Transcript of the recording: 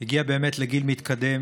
הגיע באמת לגיל מתקדם,